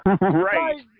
Right